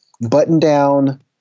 button-down